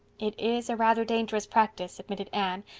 it is a rather dangerous practice, admitted anne,